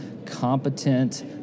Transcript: competent